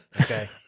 Okay